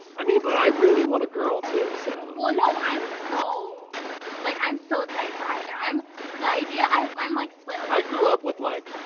i mean, but i really want a girl too. so well, no, i'm so like i'm so excited for either. i'm the idea, i'm i'm like split. i grew up with like